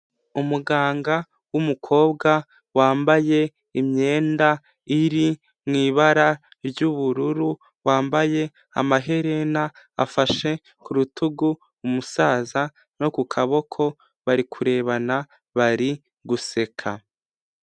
Umuganga w'umukobwa wambaye imyenda iri mu ibara ry'ubururu, wambaye amaherena, afashe ku rutugu umusaza no ku kaboko, bari kurebana bari guseka.